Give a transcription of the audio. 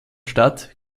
stadt